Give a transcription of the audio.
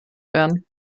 werden